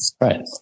right